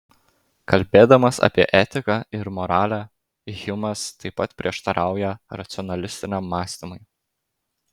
kalbėdamas apie etiką ir moralę hjumas taip pat prieštarauja racionalistiniam mąstymui